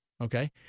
Okay